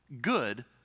good